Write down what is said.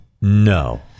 No